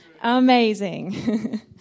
Amazing